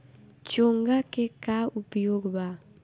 चोंगा के का उपयोग बा?